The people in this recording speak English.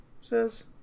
says